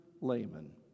layman